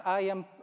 IAM